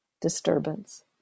disturbance